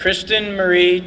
kristin marrie